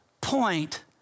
point